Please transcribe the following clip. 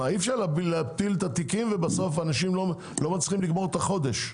אי אפשר להפיל את התיקים ובסוף אנשים לא מצליחים לסגור את החודש.